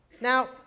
Now